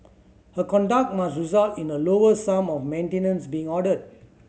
her conduct must result in a lower sum of maintenance being ordered